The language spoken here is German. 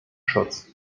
schutz